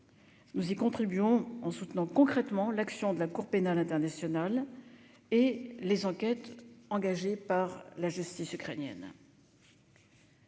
Nous y contribuons en soutenant concrètement l'action de la Cour pénale internationale et les enquêtes engagées par la justice ukrainienne.